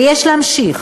ויש להמשיך